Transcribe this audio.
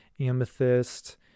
amethyst